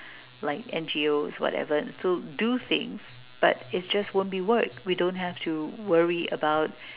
like N_G_Os whatever and so do things but it just won't be work we don't have to worry about